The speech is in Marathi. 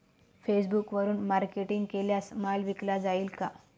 फेसबुकवरुन मार्केटिंग केल्यास माल विकला जाईल का?